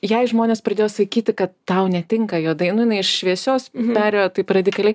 jai žmonės pradėjo sakyti kad tau netinka juodai nu jinai iš šviesios perėjo taip radikaliai